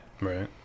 right